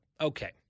Okay